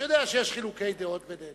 שיודע שיש חילוקי דעות בינינו,